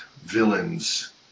villains